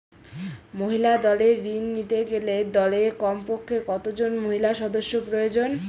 মহিলা দলের ঋণ নিতে গেলে দলে কমপক্ষে কত জন মহিলা সদস্য প্রয়োজন?